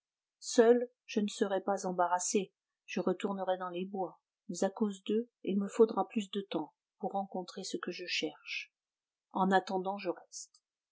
seul je ne serais pas embarrassé je retournerais dans les bois mais à cause d'eux il me faudra plus de temps pour rencontrer ce que je cherche en attendant je reste